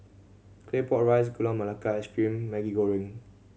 Claypot Rice Gula Melaka Ice Cream Maggi Goreng